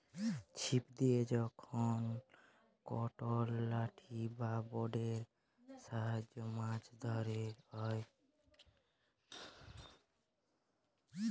ছিপ দিয়ে যখল একট লাঠি বা রডের সাহায্যে মাছ ধ্যরা হ্যয়